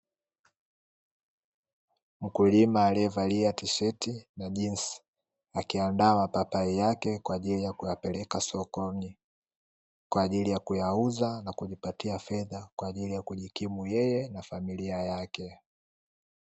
Mkulima aliyevalia tisheti na jinsi, akiandaa mapapai yake kwaajili ya kuyapeleka sokoni, kwaajili ya kuyauza na kujipatia fedha kwaajili ya kujikimu yeye na familia yake.